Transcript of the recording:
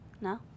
No